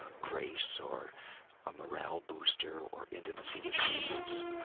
ah grace or a morale booster or intimacy with jesus.